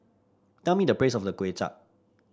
tell me the price of the Kway Chap